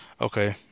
okay